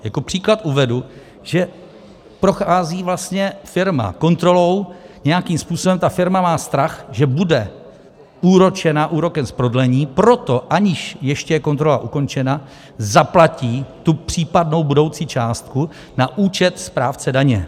Jako příklad uvedu, že prochází vlastně firma kontrolou, nějakým způsobem ta firma má strach, že bude úročena úrokem z prodlení, proto aniž ještě je kontrola ukončena zaplatí tu případnou budoucí částku na účet správce daně.